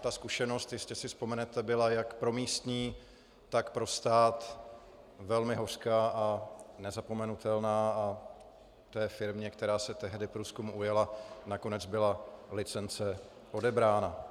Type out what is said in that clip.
Tato zkušenost, jistě si vzpomenete, byla jak pro místní, tak pro stát velmi hořká a nezapomenutelná a firmě, která se tehdy průzkumu ujala, nakonec byla licence odebrána.